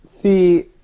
See